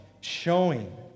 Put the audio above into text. showing